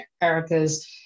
Erica's